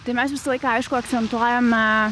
tai mes visą laiką aišku akcentuojame